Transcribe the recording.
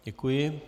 Děkuji.